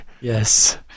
yes